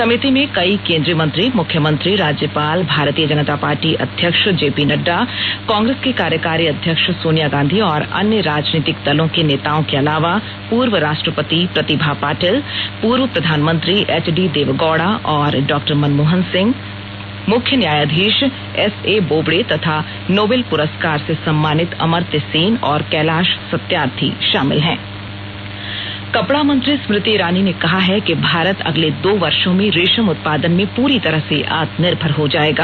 समिति में कई केंद्रीय मंत्री मुख्यमंत्री राज्यपाल भारतीय जनता पार्टी अध्यक्ष जे पी नड्डा कांग्रेस की कार्यकारी अध्यक्ष सोनिया गांधी और अन्य राजनीतिक दलों के नेताओं के अलावा पूर्व राष्ट्रपति प्रतिभा पाटिल पूर्व प्रधानमंत्री एच डी देवेगौड़ा और डॉ मनमोहन सिंह मुख्य न्यायाधीश एसए बोबडे तथा नोबेल पुरस्कार से सम्मानित अमर्त्य सेन और कैलाश सत्यार्थी शामिल हैं कपडा मंत्री स्मृति ईरानी ने कहा है कि भारत अगले दो वर्ष में रेशम उत्पादन में पूरी तरह से आत्मनिर्भर हो जाएगा